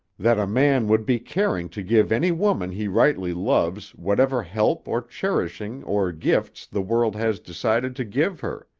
that a man would be caring to give any woman he rightly loves whatever help or cherishing or gifts the world has decided to give her.